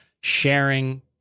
sharing